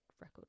record